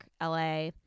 LA